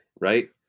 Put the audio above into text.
right